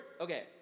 okay